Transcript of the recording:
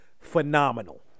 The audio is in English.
phenomenal